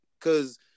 cause